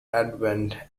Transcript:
advent